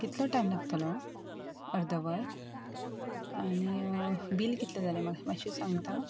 कितलो टायम लागतलो अर्द वर आनी बील कितलें जालें म्हाका मात्शें सांगता